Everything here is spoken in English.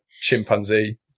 chimpanzee